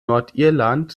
nordirland